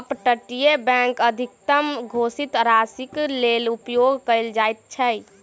up तटीय bank अधिकतम अघोषित राशिक लेल उपयोग कयल जाइत अछि